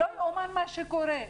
לא יאומן מה שקורה.